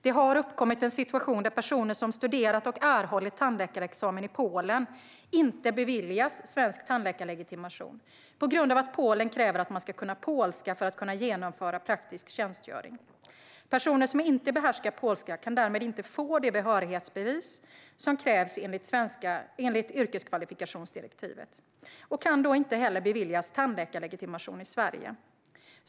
Det har uppkommit en situation där personer som har studerat och erhållit tandläkarexamen i Polen inte beviljas svensk tandläkarlegitimation på grund av att Polen kräver att man ska kunna polska för att kunna genomföra praktisk tjänstgöring. Personer som inte behärskar polska kan därmed inte få det behörighetsbevis som krävs enligt yrkeskvalifikationsdirektivet och kan då inte heller beviljas tandläkarlegitimation i Sverige.